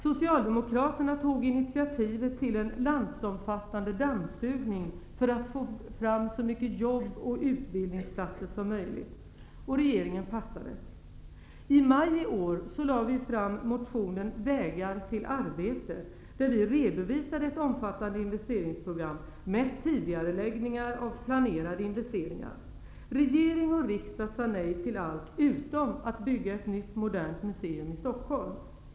Socialdemokraterna tog initiativet till en landsomfattande ''dammsugning'' för att få fram så många jobb och utbildningsplatser som möjligt. I maj i år lade vi fram motionen Vägar till arbete, där vi redovisade ett omfattande investeringsprogram, mest tidigareläggningar av planerade investeringar. Regering och riksdag sade nej till allt, utom att bygga ett nytt modernt museum i Stockholm.